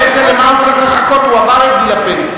למה הוא צריך לחכות, הוא עבר את גיל הפנסיה.